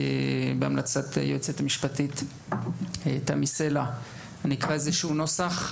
בהמלצת היועצת המשפטית תמי סלע אני אקרא איזשהו נוסח: